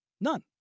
None